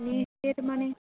মানে